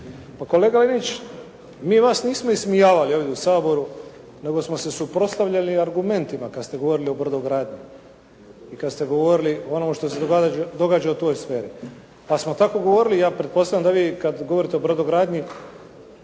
Pa kolega Linić, mi vas nismo ismijavali ovdje u Saboru nego smo se suprotstavljali argumentima kad ste govorili o brodogradnji. I kad ste govorili o onome što se događa u toj sferi. Ali smo tako govorili, ja pretpostavljam da vi kad govorite o brodogradnji